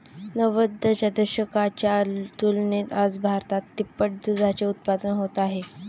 नव्वदच्या दशकाच्या तुलनेत आज भारतात तिप्पट दुधाचे उत्पादन होत आहे